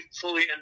fully